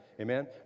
Amen